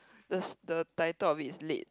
the the title of it is late